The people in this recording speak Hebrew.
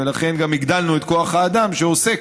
ולכן גם הגדלנו את כוח האדם שעוסק